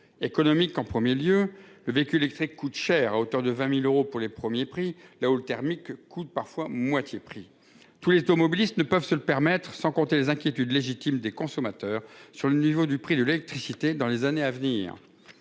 économiques en 1er lieu le véhicule électrique coûte cher à hauteur de 20.000 euros pour les premiers prix, là où le thermique coûte parfois moitié prix tous les automobilistes ne peuvent se le permettre, sans compter les inquiétudes légitimes des consommateurs sur le niveau du prix de l'électricité dans les années à venir.